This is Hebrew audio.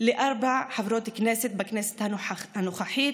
לארבע חברות כנסת בכנסת הנוכחית,